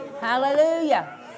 Hallelujah